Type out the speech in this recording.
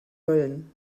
mölln